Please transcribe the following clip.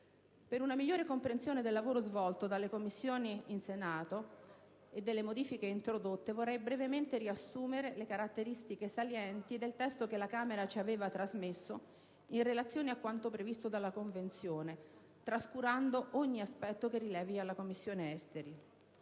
Per una migliore comprensione del lavoro svolto dalle Commissioni in Senato e delle modifiche introdotte vorrei brevemente riassumere le caratteristiche salienti del testo che la Camera ci aveva trasmesso in relazione a quanto previsto dalla Convenzione, trascurando ogni aspetto che rilevi alla Commissione affari